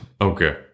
okay